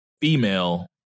female